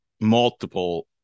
multiple